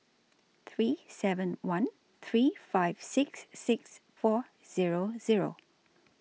three seven one three five six six four Zero Zero